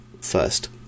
first